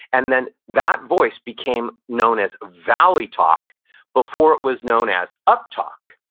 and then that voice became known as valley talk before it was known as uptalk.